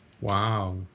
wow